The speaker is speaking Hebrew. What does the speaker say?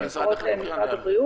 אם אדם רוצה לשבור את הבידוד,